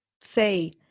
say